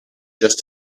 just